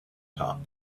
top